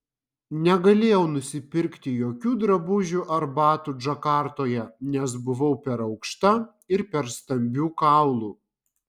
negalėjau nusipirkti jokių drabužių ar batų džakartoje nes buvau per aukšta ir per stambių kaulų